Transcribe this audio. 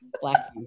black